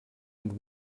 and